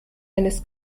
eines